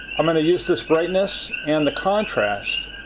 um and use this brightness and the contrast